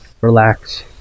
relax